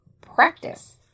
practice